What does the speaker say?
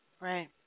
Right